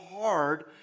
hard